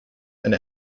and